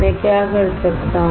मैं क्या कर सकता हूं